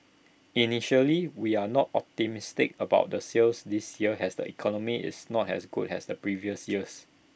initially we are not optimistic about the sales this year as the economy is not as good as previous years